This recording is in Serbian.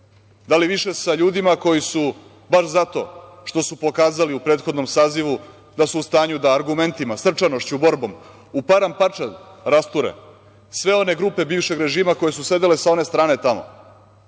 da li više sa ljudima koji su, baš zato što su pokazali u prethodnom sazivu da su u stanju da argumentima, srčanošću, borbom u paramparčad rasture sve one grupe bivšeg režima koje su sedele sa one strane tamo,